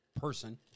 person